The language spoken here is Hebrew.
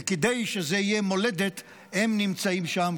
וכדי שזה יהיה מולדת הם נמצאים שם,